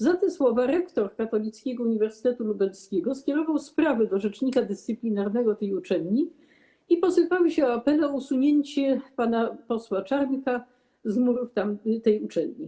Za te słowa rektor Katolickiego Uniwersytetu Lubelskiego skierował sprawę do rzecznika dyscyplinarnego tej uczelni i posypały się apele o usunięcie pana posła Czarnka z murów tamtej uczelni.